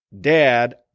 dad